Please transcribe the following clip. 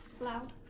loud